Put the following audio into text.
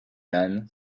man